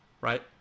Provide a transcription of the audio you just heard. right